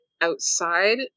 outside